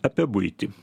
apie buitį